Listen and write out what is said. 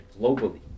globally